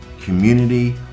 community